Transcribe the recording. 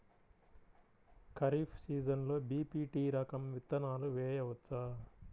ఖరీఫ్ సీజన్లో బి.పీ.టీ రకం విత్తనాలు వేయవచ్చా?